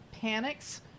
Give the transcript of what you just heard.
panics